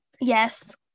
Yes